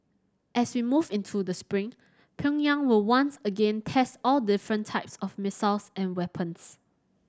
as we move into the spring Pyongyang will once again test all different types of missiles and weapons